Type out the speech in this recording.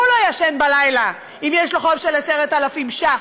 הוא לא ישן בלילה אם יש לו חוב של 10,000 שקל.